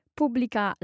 pubblica